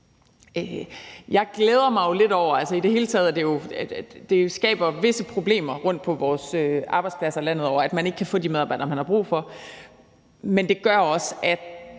incitament for den enkelte. I det hele taget skaber det jo visse problemer på vores arbejdspladser landet over, at man ikke kan få de medarbejdere, man har brug for, men det gør også, at